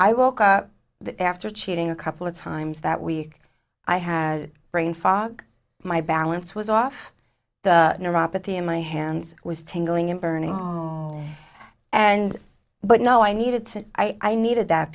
i woke up after cheating a couple of times that we i had brain fog my balance was off the neuropathy in my hands was tingling and burning and but no i needed to i needed that